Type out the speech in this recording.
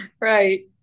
Right